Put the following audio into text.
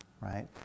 right